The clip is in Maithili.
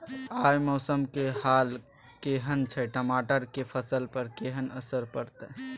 आय मौसम के हाल केहन छै टमाटर के फसल पर केहन असर परतै?